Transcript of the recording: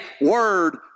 word